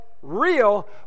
Real